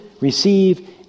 receive